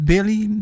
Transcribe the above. Billy